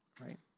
right